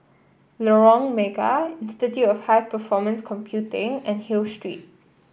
Lorong Mega Institute of High Performance Computing and Hill Street